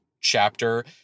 chapter